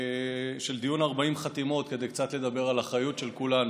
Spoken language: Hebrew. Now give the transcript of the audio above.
בדיון 40 חתימות כדי לדבר קצת על אחריות של כולנו,